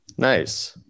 Nice